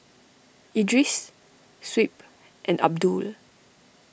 Idris Shuib and Abdul